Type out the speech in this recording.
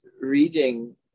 reading